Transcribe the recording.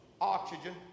Oxygen